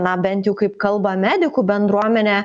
na bent jau kaip kalba medikų bendruomenė